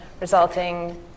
resulting